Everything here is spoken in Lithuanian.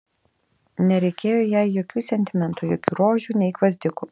nereikėjo jai jokių sentimentų jokių rožių nei gvazdikų